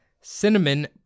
cinnamon